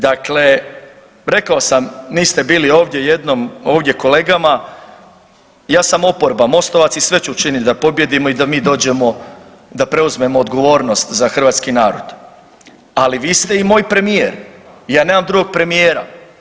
Dakle, rekao sam niste bili ovdje jednom, ovdje kolegama ja sam oproba Mostovac i sve ću učinit da pobijedimo i da mi dođemo, da preuzmemo odgovornost za hrvatski narod, ali vi ste i moj premijer, ja nemam drugog premijera.